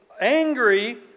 angry